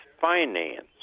finance